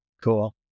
Cool